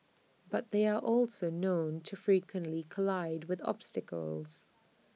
but they are also known to frequently collide with obstacles